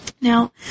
Now